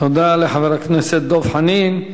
תודה לחבר הכנסת דב חנין.